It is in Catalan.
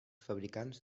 fabricants